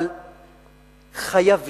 אבל חייבים,